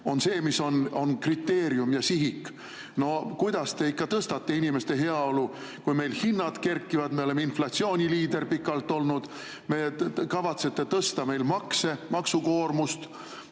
on see, mis on kriteerium ja sihik. No kuidas te ikka tõstate inimeste heaolu, kui meil hinnad kerkivad? Me oleme inflatsiooni liider pikalt olnud, te kavatsete tõsta veel makse, maksukoormust.